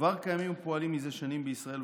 שכבר קיימים ופועלים מזה שנים בישראל,